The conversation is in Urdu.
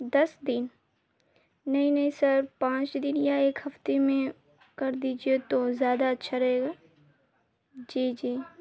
دس دن نہیں نہیں سر پانچ دن یا ایک ہفتے میں کر دیجیے تو زیادہ اچھا رہے گا جی جی